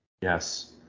Yes